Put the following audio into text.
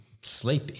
sleep